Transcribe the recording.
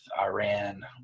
Iran